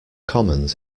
commons